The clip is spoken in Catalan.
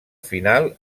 final